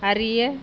அறிய